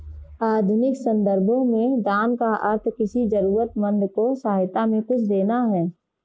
आधुनिक सन्दर्भों में दान का अर्थ किसी जरूरतमन्द को सहायता में कुछ देना है